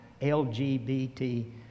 LGBT